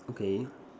okay